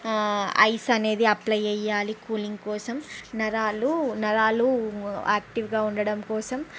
ice అనేది apply చేయాలి cooling కోసం నరాలు నరాలు యాక్టివ్గా ఉండటం కోసం